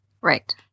Right